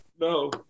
No